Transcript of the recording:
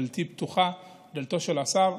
דלתי פתוחה, גם דלתו של השר.